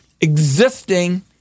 existing